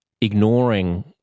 ignoring